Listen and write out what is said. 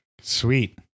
Sweet